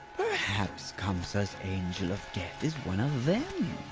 perhaps kamsa's angel of death is one of them?